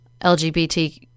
lgbt